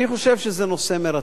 אני חושב שזה נושא מרתק,